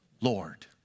Lord